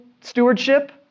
stewardship